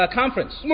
conference